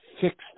fixed